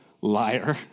liar